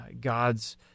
God's